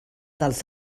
dels